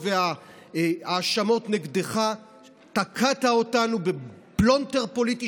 והאשמות נגדך תקעת אותנו בפלונטר פוליטי,